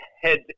head